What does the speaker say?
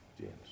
James